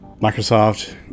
Microsoft